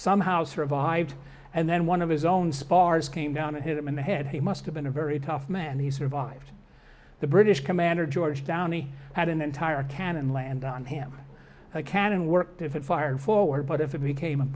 somehow survived and then one of his own spars came down and hit him in the head he must have been a very tough man he survived the british commander george downey had an entire cannon landed on him a cannon worked if it fired forward but if it became a